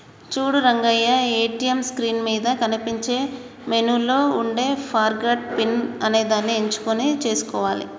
చూడు Rangayya ATM screen మీద కనిపించే మెనూలో ఉండే ఫర్గాట్ పిన్ అనేదాన్ని ఎంచుకొని సేసుకోవాలి